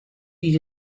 need